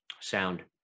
sound